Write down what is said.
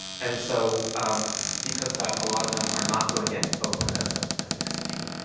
and so because of that, a lot of them are not doing it, oakland as ah as an exception.